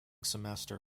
semester